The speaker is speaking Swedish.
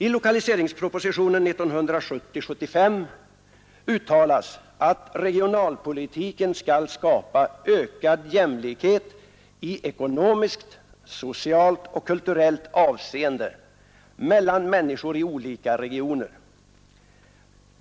I lokaliseringspropositionen 1970:75 uttalas att regionalpolitiken skall skapa ökad jämlikhet i ekonomiskt, socialt och kulturellt avseende mellan människor i olika regioner.